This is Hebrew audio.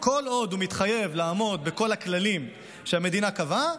כל עוד הוא מתחייב לעמוד בכל הכללים שהמדינה קבעה,